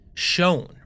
Shown